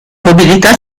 mobilità